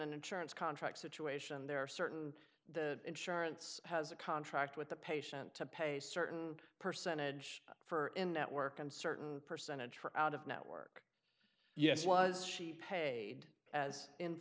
an insurance contract situation there are certain the insurance has a contract with the patient to pay certain percentage for in network and certain percentage for out of network yes was she paid as in